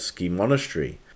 Monastery